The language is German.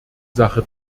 sache